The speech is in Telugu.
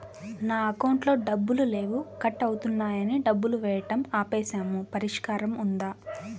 నా అకౌంట్లో డబ్బులు లేవు కట్ అవుతున్నాయని డబ్బులు వేయటం ఆపేసాము పరిష్కారం ఉందా?